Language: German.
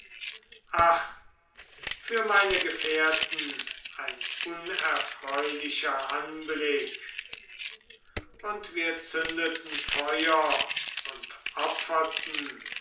für meine gefährten ein unerfreulicher anblick und wir zündeten feuer und opferten